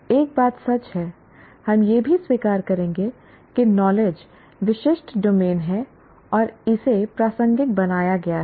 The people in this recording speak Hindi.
अब एक बात सच है हम यह भी स्वीकार करेंगे कि नॉलेज विशिष्ट डोमेन है और इसे प्रासंगिक बनाया गया है